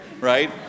right